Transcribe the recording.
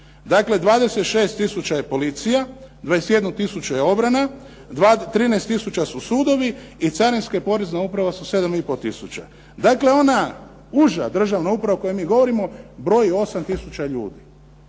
Dakle, 26 tisuća je policija, 21 tisuću je obrana, 13 tisuća su sudovi i carinska i porezna uprava su 7,5 tisuća. Dakle, ona uža državna uprava o kojoj mi govorimo, broji 8 tisuća ljudi.